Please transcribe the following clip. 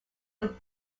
were